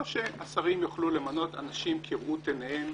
או שהשרים יוכלו למנות אנשים כראות עיניהם,